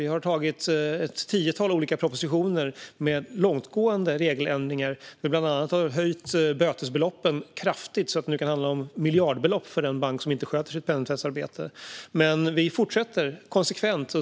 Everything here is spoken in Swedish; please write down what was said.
Vi har lagt fram ett tiotal olika propositioner med långtgående regeländringar, där vi bland annat har höjt bötesbeloppen kraftigt så att det nu kan handla om miljardbelopp för den bank som inte sköter sitt penningtvättsarbete. Men vi fortsätter konsekvent.